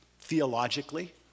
theologically